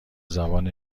زبان